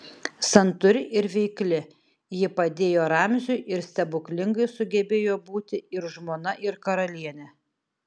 santūri ir veikli ji padėjo ramziui ir stebuklingai sugebėjo būti ir žmona ir karalienė